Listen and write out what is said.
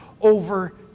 over